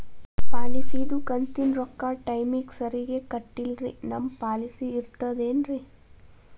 ಪಾಲಿಸಿದು ಕಂತಿನ ರೊಕ್ಕ ಟೈಮಿಗ್ ಸರಿಗೆ ಕಟ್ಟಿಲ್ರಿ ನಮ್ ಪಾಲಿಸಿ ಇರ್ತದ ಏನ್ರಿ?